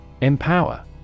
Empower